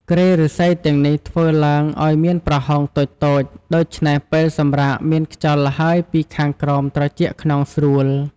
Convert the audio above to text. គ្រែឫស្សីទាំងនេះធ្វើឡើងឱ្យមានប្រហោងតូចៗ ដូច្នេះពេលសម្រាកមានខ្យល់ល្ហើយពីខាងក្រោមត្រជាក់ខ្នងស្រួល។